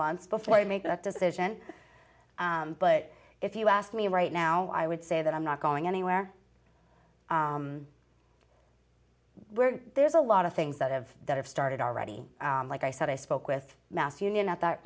months before i make that decision but if you ask me right now i would say that i'm not going anywhere where there's a lot of things that have that have started already like i said i spoke with mass union at that